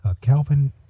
Calvin